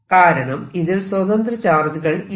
കാരണം ഇതിൽ സ്വതന്ത്ര ചാർജുകൾ ഇല്ല